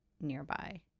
nearby